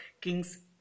kings